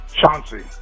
Chauncey